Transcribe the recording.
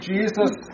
Jesus